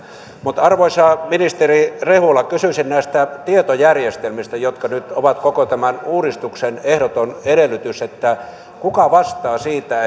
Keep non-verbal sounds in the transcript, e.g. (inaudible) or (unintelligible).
mutta arvoisa ministeri rehula kysyisin näistä tietojärjestelmistä jotka nyt ovat koko uudistuksen ehdoton edellytys kuka vastaa siitä (unintelligible)